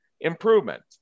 improvement